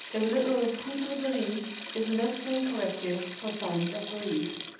a little poudre de ris is an excellent corrective for signs of grief.